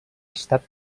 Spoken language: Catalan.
estat